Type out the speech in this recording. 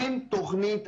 אין תוכנית.